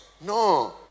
no